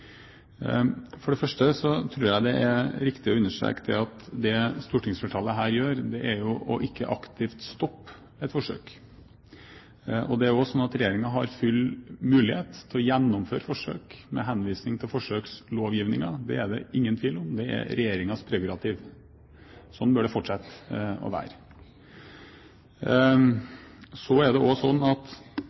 For det første tror jeg det er riktig å understreke at det stortingsflertallet her gjør, er å ikke aktivt stoppe et forsøk. Det er også slik at regjeringen har full mulighet til å gjennomføre forsøk med henvisning til forsøkslovgivningen. Det er det ingen tvil om; det er regjeringens prerogativ. Slik bør det fortsatt være. Det er også slik at før dette skal bli en varig ordning, eventuelt, må det